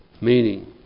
meaning